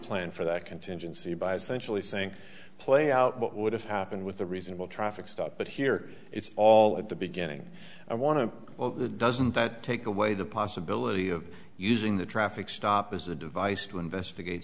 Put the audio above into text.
plan for that contingency by essentially saying play out what would have happened with the reasonable traffic stop but here it's all at the beginning i want to well the doesn't that take away the possibility of using the traffic stop as a device to investigate